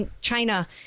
China